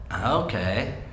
Okay